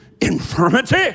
infirmity